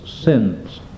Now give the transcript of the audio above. sins